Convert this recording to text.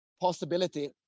possibility